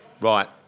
right